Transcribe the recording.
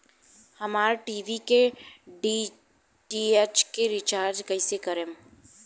हमार टी.वी के डी.टी.एच के रीचार्ज कईसे करेम?